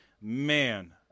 man